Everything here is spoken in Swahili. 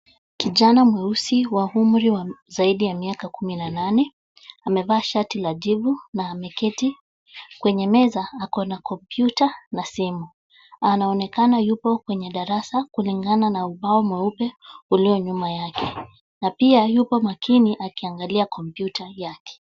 Kijana mweusi wa umri wa zaidi ya miaka kumi na nane, amevaa shati la jivu na ameketi. Kwenye meza ako na kompyuta na simu. Anaonekana yupo kwenye darasa kulingana na ubao mweupe ulio nyuma yake. Na pia yuko makini akiangalia kompyuta yake.